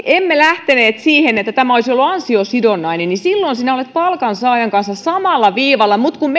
emme lähteneet siihen että tämä olisi ollut ansiosidonnainen että olet palkansaajan kanssa samalla viivalla mutta kun